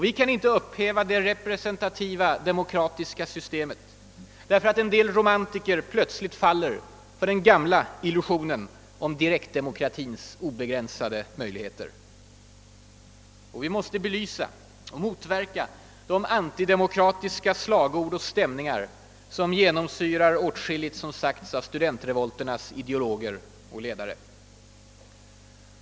Vi kan inte upphäva det representativa demokratiska systemet, därför att en del romantiker plötsligt faller för den gamla illusionen om direktdemokratins obegränsade möjligheter. Och vi måste belysa och motverka de antidemokratiska slagord och stämningar som genomsyrar åtskilligt av det som sagts av studentrevolternas ideologer och ledare.